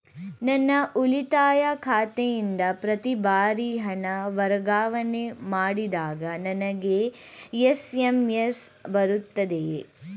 ನನ್ನ ಉಳಿತಾಯ ಖಾತೆಯಿಂದ ಪ್ರತಿ ಬಾರಿ ಹಣ ವರ್ಗಾವಣೆ ಮಾಡಿದಾಗ ನನಗೆ ಎಸ್.ಎಂ.ಎಸ್ ಬರುತ್ತದೆಯೇ?